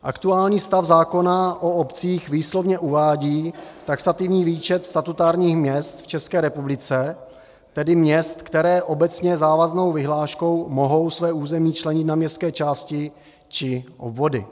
Aktuální stav zákona o obcích výslovně uvádí taxativní výčet statutárních měst v České republice, tedy měst, která obecně závaznou vyhláškou mohou své území členit na městské části či obvody.